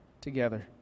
together